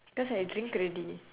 cause I drink already